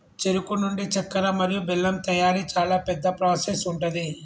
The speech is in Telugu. చెరుకు నుండి చెక్కర మరియు బెల్లం తయారీ చాలా పెద్ద ప్రాసెస్ ఉంటది